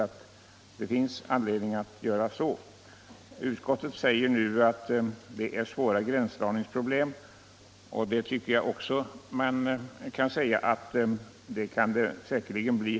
Utskottet anför att det skulle uppstå svåra gränsdragningsproblem, och det kan det säkerligen bli.